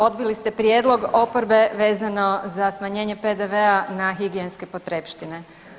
Odbili ste prijedlog oporbe vezano za smanjenje PDV-a na higijenske potrepštine.